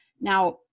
Now